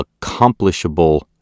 accomplishable